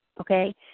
okay